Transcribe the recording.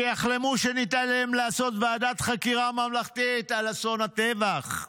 שיחלמו שניתן להם לעשות ועדת חקירה ממלכתית על אסון הטבח.